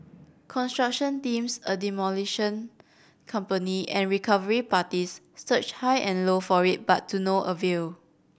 construction teams a demolition company and recovery parties search high and low for it but to no avail